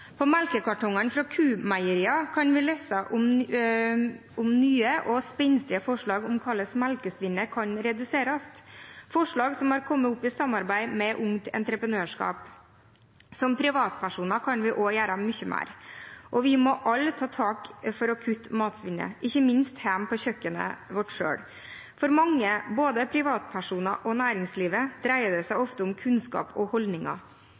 På melkekartongene fra Q-meieriene kan vi lese om nye og spenstige forslag til hvordan melkesvinnet kan reduseres – forslag som har kommet opp i samarbeid med Ungt Entreprenørskap. Som privatpersoner kan vi også gjøre mye mer, og vi må alle ta tak for å kutte matsvinnet, ikke minst hjemme på kjøkkenet vårt. For mange, både privatpersoner og næringslivet, dreier det seg ofte om kunnskap og holdninger.